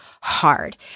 hard